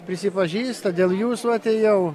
prisipažįsta dėl jūsų atėjau